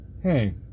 hey